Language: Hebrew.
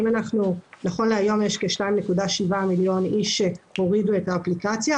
ונכון להיום יש כ-2.7 מיליון אנשים שהורידו את האפליקציה,